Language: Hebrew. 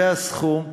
זה הסכום.